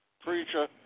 preacher